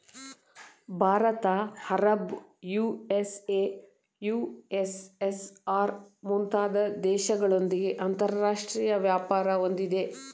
Bharat Arab, USA, USSR, ಮುಂತಾದ ದೇಶಗಳೊಂದಿಗೆ ಅಂತರಾಷ್ಟ್ರೀಯ ವ್ಯಾಪಾರ ಹೊಂದಿದೆ